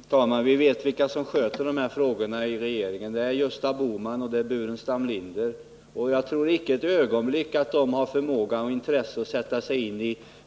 Nr 56 Herr talman! Vi vet vilka som sköter de här frågorna i regeringen. Det är Tisdagen den Gösta Bohman och Staffan Burenstam Linder. Jag tror inte ett ögonblick att 18 december 1979 de har förmåga och intresse att sätta sig in